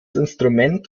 instrument